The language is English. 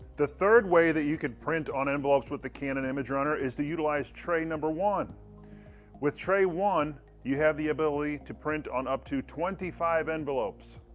the third way that you could print on envelopes with the canon imagerunner is to utilize tray number one with tray one, you have the ability to print on up to twenty five envelopes.